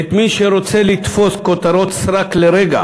את מי שרוצה לתפוס כותרות סרק לרגע